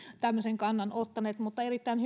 tämmöisen kannan ottaneet mutta erittäin